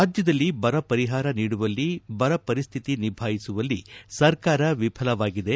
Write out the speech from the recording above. ರಾಜ್ಯದಲ್ಲಿ ಬರ ಪರಿಹಾರ ನೀಡುವಲ್ಲಿ ಬರ ಪರಿಸ್ದಿತಿ ನಿಭಾಯಿಸುವಲ್ಲಿ ಸರ್ಕಾರ ವಿಫಲವಾಗಿದೆ